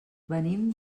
venim